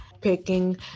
picking